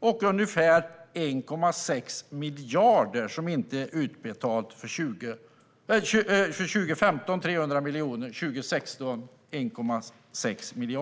och med ungefär 1,6 miljarder för 2016.